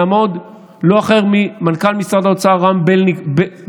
יעמוד לא אחר ממנכ"ל משרד האוצר רם בלינקוב.